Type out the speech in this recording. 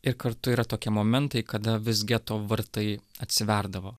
ir kartu yra tokie momentai kada vis geto vartai atsiverdavo